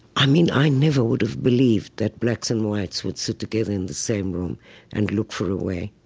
i mean, i never would have believed that blacks and whites would sit together in the same room and look for a way